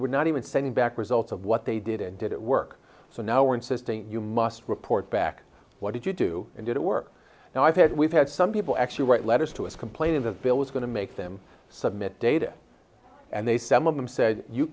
were not even sending back results of what they did and did it work so now we're insisting you must report back what did you do and did it work and i've had we've had some people actually write letters to us complaining the veil was going to make them submit data and they said mom said you